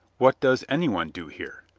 what does any one do here?